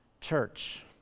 Church